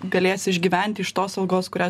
galės išgyventi iš tos algos kurią